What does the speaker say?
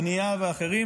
בנייה ואחרים.